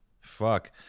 Fuck